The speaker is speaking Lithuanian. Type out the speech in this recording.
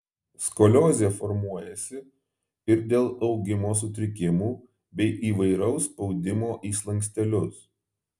skoliozė formuojasi ir dėl augimo sutrikimų bei įvairaus spaudimo į slankstelius